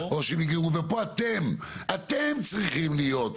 פה אתם צריכים להיות.